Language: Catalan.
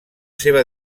seva